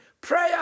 Prayer